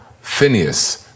Phineas